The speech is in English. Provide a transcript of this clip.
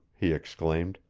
he exclaimed,